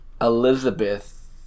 Elizabeth